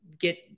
get